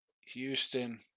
Houston